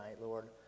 Lord